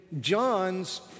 John's